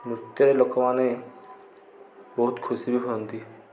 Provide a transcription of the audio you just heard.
ନୃତ୍ୟରେ ଲୋକମାନେ ବହୁତ ଖୁସି ବି ହୁଅନ୍ତି